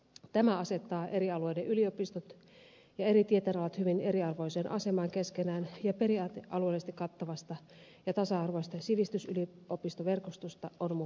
tämä asettaa eri alueiden yliopistot ja eri tieteenalat hyvin eriarvoiseen asemaan keskenään ja periaate alueellisesti kattavasta ja tasa arvoisesta sivistysyliopistoverkostosta on murentumassa